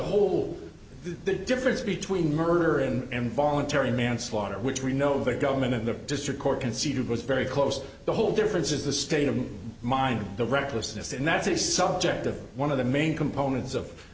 whole the difference twee murder and involuntary manslaughter which we know the government of the district court conceded was very close the whole difference is the state of mind of the recklessness and that's a subject of one of the main components of